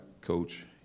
coach